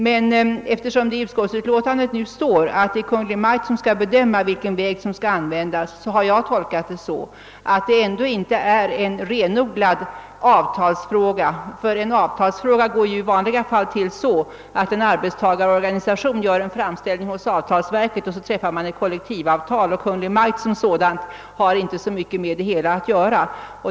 Men eftersom det i utskottsutlåtandet står att det är Kungl. Maj:t som skall bedöma vilken väg som skall väljas, har jag tolkat det så att det ändå inte är en renodlad avtalsfråga. En avtalsfråga behandlas ju i vanliga fall på det sättet att en arbetstagarorganisation gör en framställning hos avtalsverket, och därefter träffar man ett kollektivavtal. Kungl. Maj:t har alltså inte mycket med det hela att göra.